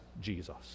Jesus